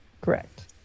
correct